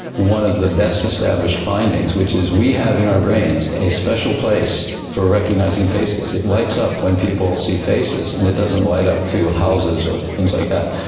one of the best established findings, which is we have in our brains a special place for recognising faces. it lights up when people see faces, and it doesn't light up to houses or things like that.